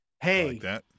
Hey